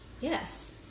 Yes